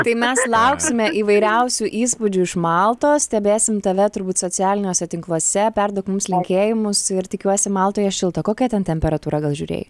tai mes lauksime įvairiausių įspūdžių iš maltos stebėsim tave turbūt socialiniuose tinkluose perduok mums linkėjimus ir tikiuosi maltoje šilta kokia ten temperatūra gal žiūrėjai